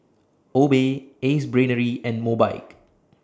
Obey Ace Brainery and Mobike